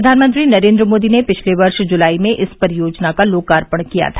प्रघानमंत्री नरेन्द्र मोदी ने पिछले वर्ष जलाई में इस परियोजना का लोकार्पण किया था